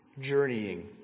Journeying